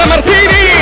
Martini